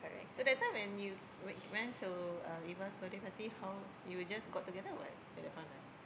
so that time when you went went to uh Eva's birthday party how you were just got together or what at that point of time